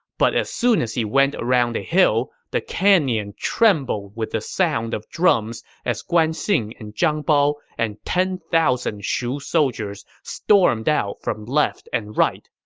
but as soon as he went around a hill, the canyon trembled with the sound of drums as guan xing and zhang bao and ten thousand shu soldiers stormed out from left and right.